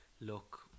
look